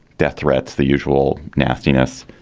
death threats, the usual nastiness,